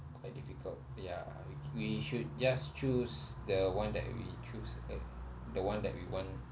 quite difficult ya we should just choose the one that we choose the one that we want